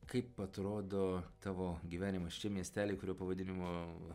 kaip atrodo tavo gyvenimas čia miestely kurio pavadinimo